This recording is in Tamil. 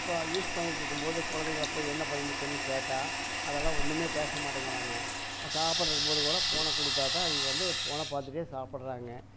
அப்போ யூஸ் பண்ணிட்டு இருக்கும்போது குழந்தைங்கள போய் என்ன பண்ணிட்டு இருக்கேன்னு கேட்டால் அதெல்லாம் ஒன்றுமே பேச மாட்டேங்கிறாங்க சாப்புட்றபோது கூட ஃபோனை கொடுத்தா தான் அவங்க வந்து ஃபோனை பார்த்துட்டே சாப்பிடுறாங்க